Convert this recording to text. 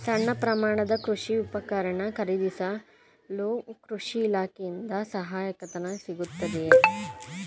ಸಣ್ಣ ಪ್ರಮಾಣದ ಕೃಷಿ ಉಪಕರಣ ಖರೀದಿಸಲು ಕೃಷಿ ಇಲಾಖೆಯಿಂದ ಸಹಾಯಧನ ಸಿಗುತ್ತದೆಯೇ?